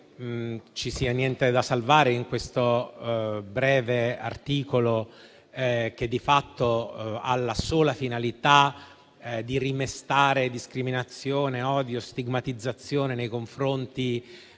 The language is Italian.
ci sia niente da salvare in questo breve articolo, che di fatto ha la sola finalità di rimestare discriminazione, odio e stigmatizzazione nei confronti